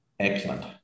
Excellent